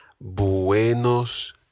Buenos